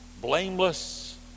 blameless